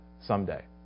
someday